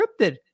scripted